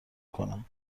کنم